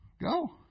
Go